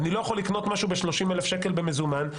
אני לא יכול לקנות משהו ב-30,000 שקל במזומן,